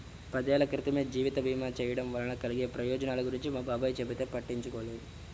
పదేళ్ళ క్రితమే జీవిత భీమా చేయడం వలన కలిగే ప్రయోజనాల గురించి మా బాబాయ్ చెబితే పట్టించుకోలేదు